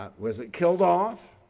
ah was it killed off?